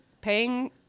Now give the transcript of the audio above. paying